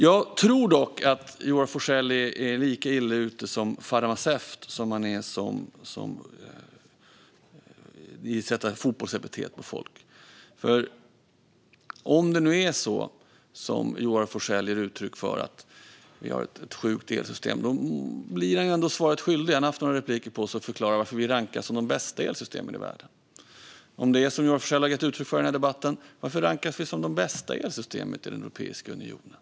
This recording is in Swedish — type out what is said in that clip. Jag tror dock att Joar Forssell är lika illa ute som farmaceut som han är med att sätta fotbollsepitet på folk. Om det nu är så som Joar Forssell ger uttryck för, att vi har ett sjukt elsystem, blir han ändå svaret skyldig. Han har haft några inlägg på sig att förklara varför vårt elsystem rankas om ett av bästa i världen. Om det är som Joar Forssell har gett uttryck för i den här debatten, varför rankas vårt system som ett av de bästa elsystemen i Europeiska unionen?